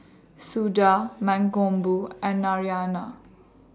Suda Mankombu and Narayana